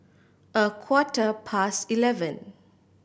a quarter past eleven